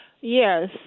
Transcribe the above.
Yes